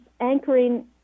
anchoring